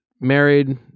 married